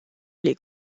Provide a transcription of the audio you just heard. les